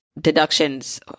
deductions